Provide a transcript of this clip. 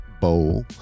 Bowl